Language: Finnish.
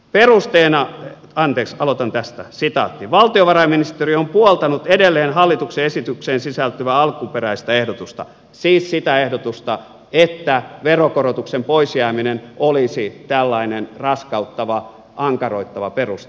perusteena anders halutaan päästä siitä valtiovarainministeriö on puoltanut edelleen hallituksen esitykseen sisältyvää alkuperäistä ehdotusta siis sitä ehdotusta että veronkorotuksen pois jääminen olisi tällainen raskauttava ankaroittava peruste